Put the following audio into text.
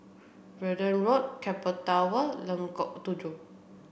Verdun Road Keppel Tower Lengkok Tujoh